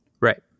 right